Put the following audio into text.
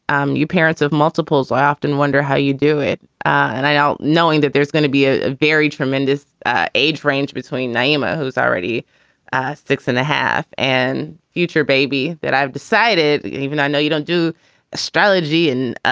um you parents of multiples. i often wonder how you do it, and i doubt knowing that there's going to be a very tremendous ah age range between nyima, who's already six and a half and future baby that i've decided. even i know you don't do astrology and